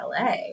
LA